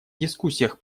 дискуссиях